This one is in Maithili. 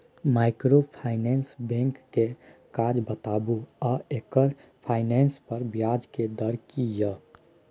माइक्रोफाइनेंस बैंक के काज बताबू आ एकर फाइनेंस पर ब्याज के दर की इ?